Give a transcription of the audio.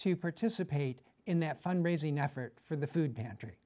to participate in that fund raising effort for the food pantry